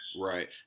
right